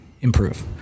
improve